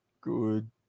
good